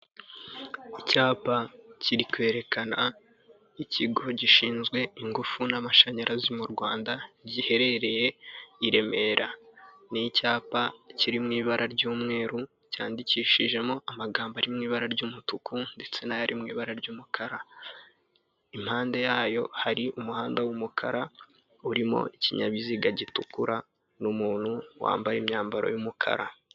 Icyapa kiri kwerekana ikigo gishinzwe ingufu n'amashanyarazi mu Rwanda giherereye i Remera, ni icyapa kiri mu ibara ry'umweru cyandikishijemo amagambo ari mu ibara ry'umutuku ndetse n'ari mu ibara ry'umukara impande yayo hari umuhanda w'umukara urimo ikinyabiziga gitukura n'umuntu wambaye imyambaro y'umukara.